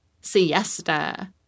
siesta